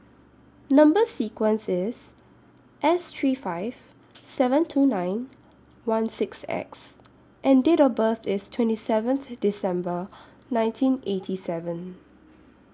Number sequence IS S three five seven two nine one six X and Date of birth IS twenty seventh December nineteen eighty seven